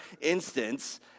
instance